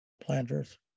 planters